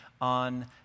on